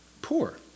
poor